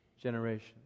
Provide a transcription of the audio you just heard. generation